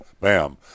bam